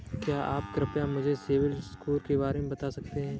क्या आप कृपया मुझे सिबिल स्कोर के बारे में बता सकते हैं?